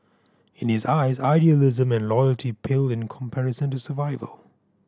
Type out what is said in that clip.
in his eyes idealism and loyalty paled in comparison to survival